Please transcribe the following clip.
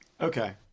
Okay